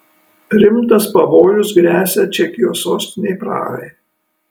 rimtas pavojus gresia čekijos sostinei prahai